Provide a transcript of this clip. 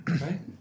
Right